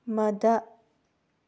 ꯃꯗꯥ